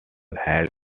held